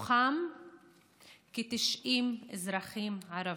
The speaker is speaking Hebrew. מתוכם כ-90 אזרחים ערבים.